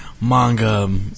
manga